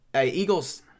Eagles